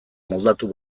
moldatu